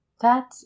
That